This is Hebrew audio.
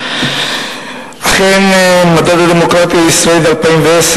אכן מדד הדמוקרטיה הישראלית 2010,